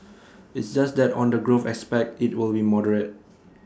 it's just that on the growth aspect IT will be moderate